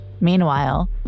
Meanwhile